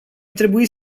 trebuit